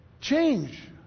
change